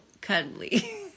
cuddly